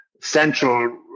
central